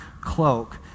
cloak